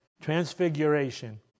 transfiguration